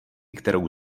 kterou